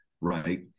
Right